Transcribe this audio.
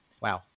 Wow